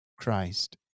Christ